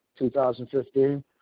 2015